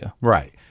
Right